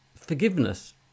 forgiveness